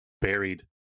buried